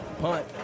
punt